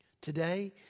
Today